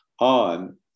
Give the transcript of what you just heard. on